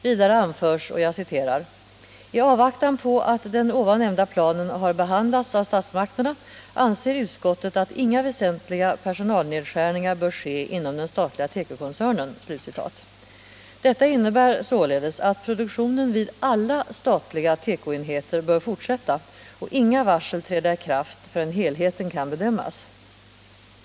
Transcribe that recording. Vidare anförs: ”I avvaktan på att den ovan nämnda planen har behandlats av statsmakterna anser utskottet att inga väsentliga personalnedskärningar bör ske inom den statliga tekokoncernen.” Detta innebär således att produktionen vid alla statliga tekoenheter bör fortsätta och inga varsel träda i kraft förrän helheten kan bedömas.